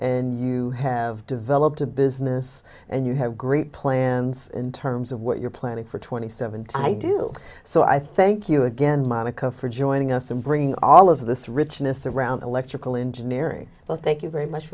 in you have developed a business and you have great plans in terms of what you're planning for twenty seven time i do so i thank you again monica for joining us and bringing all of this richness around electrical engineering well thank you very much